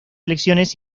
elecciones